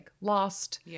lost